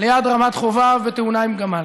ליד רמת חובב, נהרג בתאונה עם גמל,